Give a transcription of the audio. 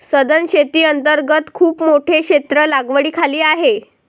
सधन शेती अंतर्गत खूप मोठे क्षेत्र लागवडीखाली आहे